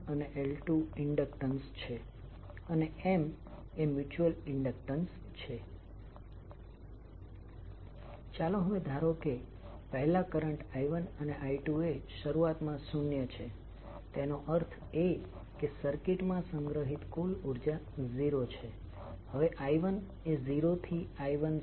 હવે આ સ્થિતિમાં આપણે જોઇશું કે બે લૂપ જે ઇલેક્ટ્રિકલ સ્વરૂપે જોડાઈ શકે છે અથવા જોડાઈ શકતી નથી પરંતુ તેમાની કોઈ એક લૂપમાં મેગ્નેટિક ફિલ્ડ ઉત્પન્ન થવાના કારણે તેઓ એકબીજા સાથે કપલ્ડ થયેલ છે